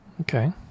Okay